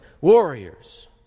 warriors